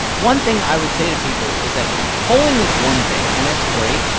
one thing i would say to people is that polling is one thing, and it's great.